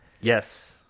Yes